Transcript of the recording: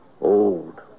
Old